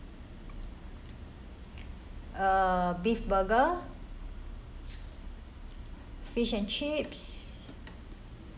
uh beef burger fish and chips